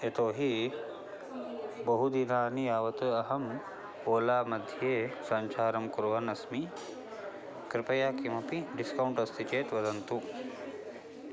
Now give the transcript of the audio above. यतोहि बहु दिनानि यावत् अहम् ओला मध्ये सञ्चारं कुर्वन्नस्मि कृपया किमपि डिस्कौण्ट् अस्ति चेत् वदन्तु